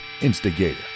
Instigator